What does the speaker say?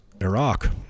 iraq